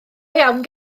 iawn